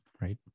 right